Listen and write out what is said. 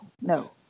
no